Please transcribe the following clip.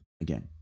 again